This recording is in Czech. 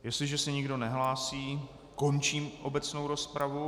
Jestliže se nikdo nehlásí, končím obecnou rozpravu.